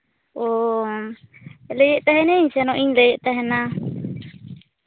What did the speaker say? ᱚ ᱞᱟᱹᱭᱮᱫ ᱛᱟᱦᱮᱱᱤᱧ ᱥᱮᱱᱚᱜ ᱤᱧ ᱞᱟᱹᱭᱮᱫ ᱛᱟᱦᱮᱱᱟ